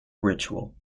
ritual